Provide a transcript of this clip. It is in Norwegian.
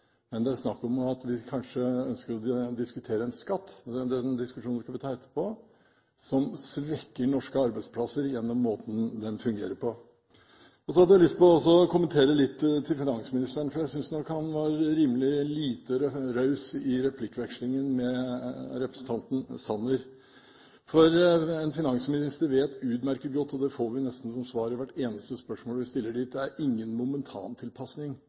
men det er snakk om at vi kanskje ønsker å diskutere en skatt – og den diskusjonen skal vi ta etterpå – som svekker norske arbeidsplasser gjennom måten den fungerer på. Så har jeg lyst til å komme med noen kommentarer til finansministeren, for jeg synes nok han var rimelig lite raus i replikkvekslingen med representanten Sanner. En finansminister vet utmerket godt – og det får vi som svar i nesten hvert eneste spørsmål vi stiller – at det ikke er